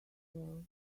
girl